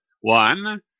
One